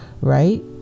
Right